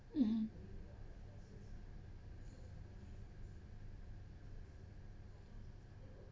mmhmm